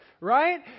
Right